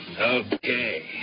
Okay